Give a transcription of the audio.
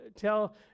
tell